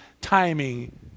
timing